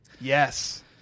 Yes